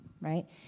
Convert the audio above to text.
Right